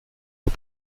aux